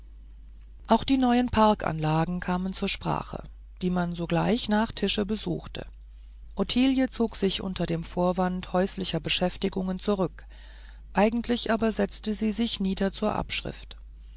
auch die neuen parkanlagen kamen zur sprache die man sogleich nach tische besuchte ottilie zog sich unter dem vorwande häuslicher beschäftigungen zurück eigentlich aber setzte sie sich nieder zur abschrift